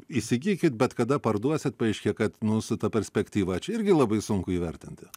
įsigykit bet kada parduosit paaiškėja kad nu su ta perspektyva čia irgi labai sunku įvertinti